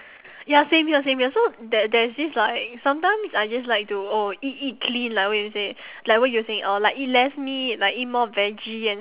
ya same here same here so there there's this like sometimes I just like to oh eat eat clean like what you said like what you're saying or like eat less meat like eat more veggie and